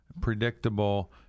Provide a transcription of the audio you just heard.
predictable